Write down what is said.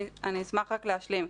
אני אשמח רק להשלים,